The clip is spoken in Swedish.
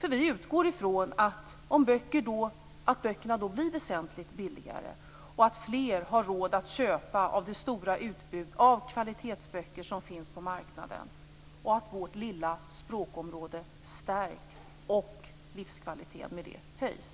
för vi utgår ifrån att böckerna då blir väsentligt billigare, att fler har råd att köpa av det stora utbud av kvalitetsböcker som finns på marknaden, att vårt lilla språkområde stärks och att livskvaliteten med det höjs.